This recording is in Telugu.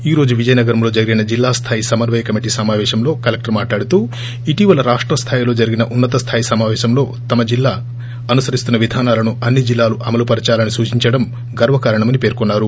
ఈ రోజు విజయనగరంలో జరిగిన జిల్లా స్టాయి సమన్వయ కమిటీ సమాపేశంలో కలెక్టర్ మాట్లాడుతూ ఇటీవల రాష్ట స్థాయిలో జరిగిన ఉన్నత స్థాయి సమాపేశంలో తమ జిల్లా అనుసరిస్తున్న విధానాలను అన్ని జిల్లాలు అమలు పరచాలని సూచించడం గర్వకారణమని పేర్కొన్నారు